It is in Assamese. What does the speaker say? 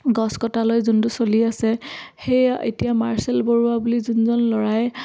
গছ কটা লৈ যোনটো চলি আছে সেয়া এতিয়া মাৰ্চেল বৰুৱা বুলি যিজন ল'ৰাই